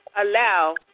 allow